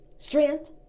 Strength